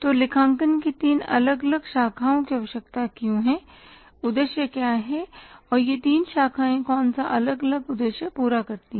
तो लेखांकन की तीन अलग अलग शाखाओं की आवश्यकता क्यों है और उद्देश्य क्या है और ये तीनशाखाएं कौन सा अलग अलग उद्देश्य पूरा करती है